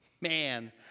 man